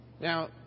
Now